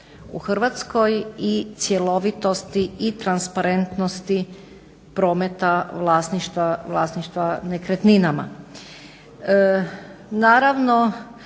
u Hrvatskoj i cjelovitosti i transparentnosti prometa vlasništva nekretninama.